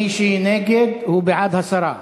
מי שנגד, הוא בעד הסרה.